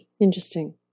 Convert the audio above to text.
Interesting